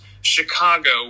Chicago